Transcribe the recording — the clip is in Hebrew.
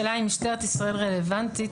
השאלה היא אם משטרת ישראל רלוונטית,